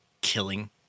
Killing